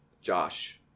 Josh—